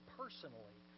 personally